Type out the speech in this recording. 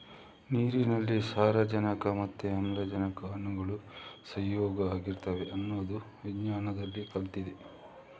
ನೀರಿನಲ್ಲಿ ಸಾರಜನಕ ಮತ್ತೆ ಆಮ್ಲಜನಕದ ಅಣುಗಳು ಸಂಯೋಗ ಆಗಿರ್ತವೆ ಅನ್ನೋದು ವಿಜ್ಞಾನದಲ್ಲಿ ಕಲ್ತಿದ್ದೇವೆ